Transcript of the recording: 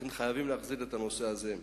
לכן, חייבים להחזיר את הנושא הזה.